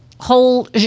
whole